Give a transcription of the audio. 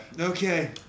okay